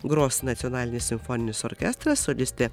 gros nacionalinis simfoninis orkestras solistė